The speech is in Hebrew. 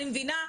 אני מבינה,